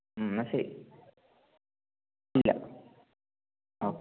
എന്നാൽ ശരി ഇല്ല ഓക്കേ